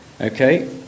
Okay